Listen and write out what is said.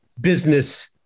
business